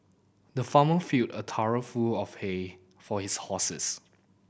the farmer filled a trough full of hay for his horses